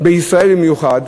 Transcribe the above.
בישראל במיוחד,